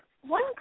one